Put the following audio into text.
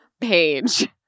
page